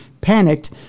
Panicked